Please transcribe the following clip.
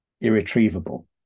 irretrievable